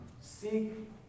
seek